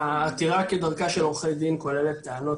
זה עיצוב של אילן פיבקו נראה לי.